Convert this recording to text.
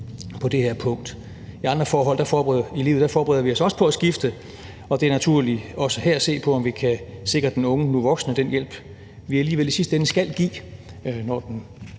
på det her punkt. I andre forhold i livet forbereder vi os også på at skifte. Og det er naturligt også her at se på, om vi kan sikre den unge, nu voksne, den hjælp, vi alligevel i sidste ende skal give, når den